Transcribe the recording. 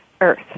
Earth